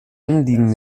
anliegen